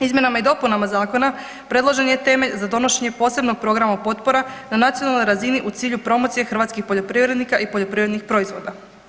Izmjenama i dopunama Zakona predložen je temelj za donošenje posebnog programa potpora na nacionalnih razina u cilju promocije hrvatskih poljoprivrednika i poljoprivrednih proizvoda.